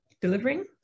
delivering